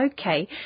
Okay